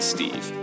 Steve